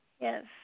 Yes